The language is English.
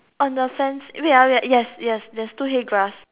on the sand wait ah wait yes yes there is two hay grass